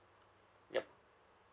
yup